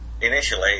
initially